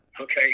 okay